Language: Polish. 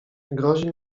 grozi